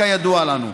כידוע לנו.